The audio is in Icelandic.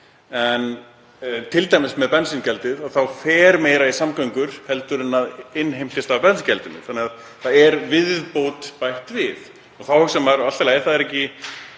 en t.d. með bensíngjaldið þá fer meira í samgöngur heldur en innheimtist af bensíngjaldinu, þannig að þar er viðbót bætt við. Þá hugsar maður: Allt í lagi, það er